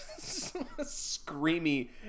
screamy